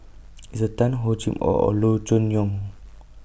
Esther Tan Hor Chim Or and Loo Choon Yong